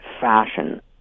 fashion